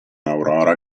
aurora